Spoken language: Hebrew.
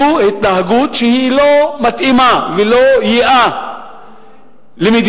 זו התנהגות שלא מתאימה ולא יאה למדינה.